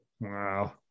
Wow